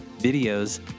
videos